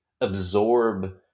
absorb